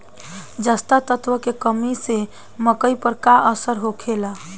जस्ता तत्व के कमी से मकई पर का असर होखेला?